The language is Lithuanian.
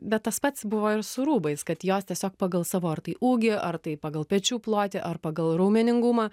bet tas pats buvo ir su rūbais kad jos tiesiog pagal savo ar tai ūgį ar tai pagal pečių plotį ar pagal raumeningumą